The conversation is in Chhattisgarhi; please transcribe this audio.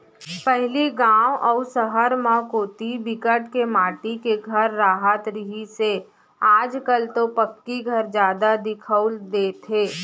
पहिली गाँव अउ सहर म कोती बिकट के माटी के घर राहत रिहिस हे आज कल तो पक्की घर जादा दिखउल देथे